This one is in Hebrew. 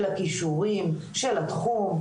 של כישורים של אהבת אדם,